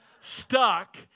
Stuck